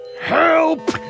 Help